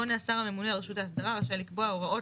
8. השר הממונה על רשות ההסדרה רשאי לקבוע הוראות